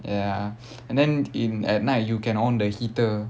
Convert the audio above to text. ya and then in at night you can on the heater